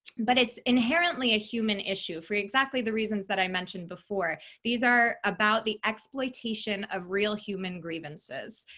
but it's inherently a human issue for exactly the reasons that i mentioned before. these are about the exploitation of real human grievances.